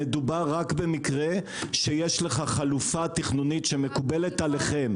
מדובר רק במקרה שיש לך חלופה תכנונית שמקובלת עליכם.